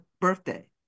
birthday